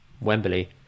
Wembley